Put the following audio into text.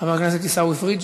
חבר הכנסת עיסאווי פריג'?